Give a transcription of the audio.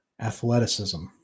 athleticism